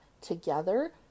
together